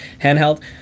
handheld